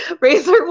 Razor